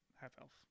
half-elf